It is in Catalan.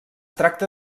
tracta